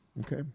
Okay